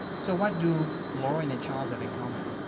so what do lauren and charles have in common?